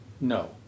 No